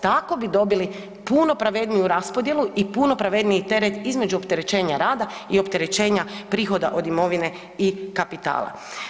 Tako bi dobili puno pravedniju raspodjelu i puno pravedniji teret između opterećenja rada i opterećenja prihoda od imovine i kapitala.